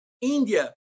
India